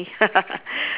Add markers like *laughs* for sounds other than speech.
*laughs*